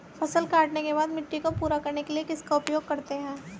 फसल काटने के बाद मिट्टी को पूरा करने के लिए किसका उपयोग करते हैं?